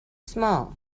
small